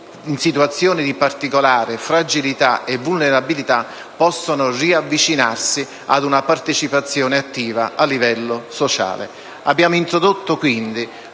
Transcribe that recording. Grazie,